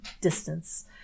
distance